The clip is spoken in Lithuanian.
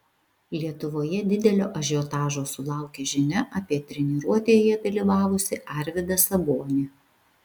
lietuvoje didelio ažiotažo sulaukė žinia apie treniruotėje dalyvavusį arvydą sabonį